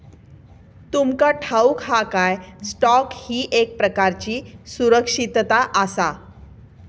तुमका ठाऊक हा काय, स्टॉक ही एक प्रकारची सुरक्षितता आसा?